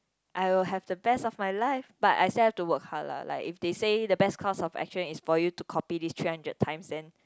I will have the best of my life but I still have to work hard lah like if they said the best course of action is for you to copy this three hundred times then